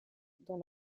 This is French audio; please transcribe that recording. dans